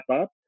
up